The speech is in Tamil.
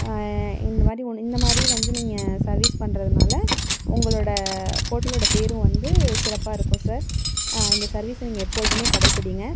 இந்த மாதிரி ஒன் இந்த மாதிரி வந்து நீங்கள் சார்வீஸ் பண்றதுனால் உங்களோடய ஹோட்டலோடய பேரும் வந்து சிறப்பாக இருக்கும் சார் இந்த சர்வீஸை நீங்கள் எப்பொழுதுமே கடைப்பிடிங்க